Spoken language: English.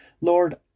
Lord